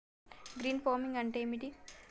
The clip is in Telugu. గ్రీన్ ఫార్మింగ్ అంటే ఏమిటి?